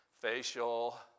facial